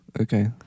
okay